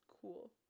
Cool